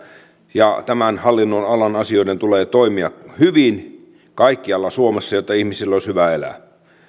ja tämän hallinnonalan asioiden tulee toimia hyvin kaikkialla suomessa jotta ihmisillä olisi hyvä elää